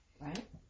right